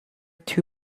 two